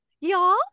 y'all